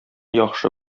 яхшы